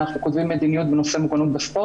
אנחנו כותבים מדיניות בנושא מוגנות בספורט